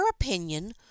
opinion